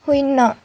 শূন্য